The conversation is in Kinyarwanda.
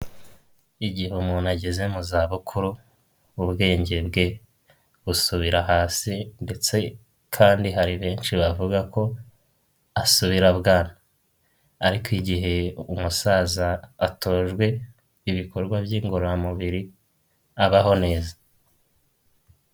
Igihe umuntu ageze mu zabukuru, ubwenge bwe busubira hasi ndetse kandi hari benshi bavuga ko asubira bwana ariko igihe umusaza atojwe ibikorwa by'ingororamubiri, abaho neza.